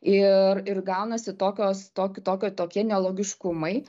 ir ir gaunasi tokios tokio tokio tokie nelogiškumai